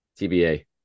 TBA